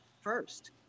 first